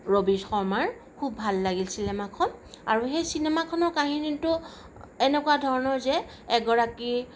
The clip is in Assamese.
ৰবি শৰ্মাৰ খুব ভাল লাগিল চিনেমাখন আৰু সেই চিনেমাখনৰ কাহিনীটো এনেকুৱা ধৰণৰ যে এগৰাকী